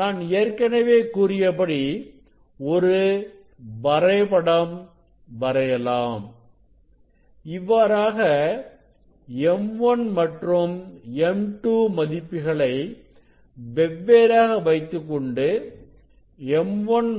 நான் ஏற்கனவே கூறியபடி ஒரு வரைபடம் வரையலாம் இவ்வாறாக m1 மற்றும் m2 மதிப்புகளை வெவ்வேறாக வைத்துக்கொண்டு m1